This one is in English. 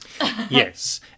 Yes